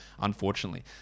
unfortunately